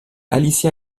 alicia